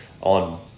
on